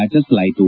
ಆಚರಿಸಲಾಯಿತು